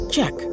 Check